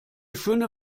schöne